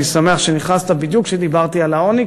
אני שמח שנכנסת בדיוק כשדיברתי על העוני,